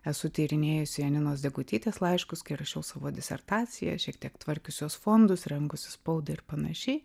esu tyrinėjusi janinos degutytės laiškus kai rašiau savo disertaciją šiek tiek tvarkius jos fondus rengusi spaudai ir panašiai